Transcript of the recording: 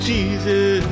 Jesus